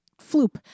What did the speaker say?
floop